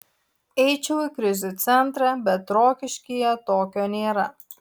eičiau į krizių centrą bet rokiškyje tokio nėra